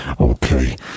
Okay